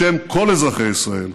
בשם כל אזרחי ישראל,